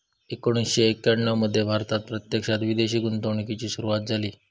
एकोणीसशे एक्याण्णव मध्ये भारतात प्रत्यक्षात विदेशी गुंतवणूकीची सुरूवात झाली